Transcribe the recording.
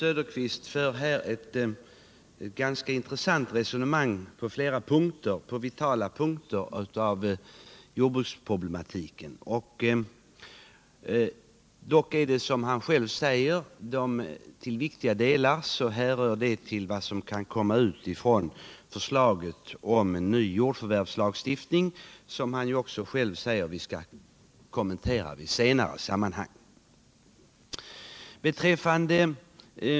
Herr talman! Oswald Söderqvist för ett på flera vitala punkter intressant resonemang. Till stora delar hänför det sig emellertid, som han själv säger, till förslaget om en ny jordförvärvslag som vi skall kommentera i ett senare sammanhang.